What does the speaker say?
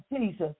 Jesus